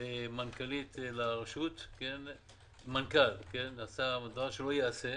מנכ"ל לרשות ונעשה דבר שלא ייעשה.